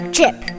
Chip